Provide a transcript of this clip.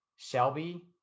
Shelby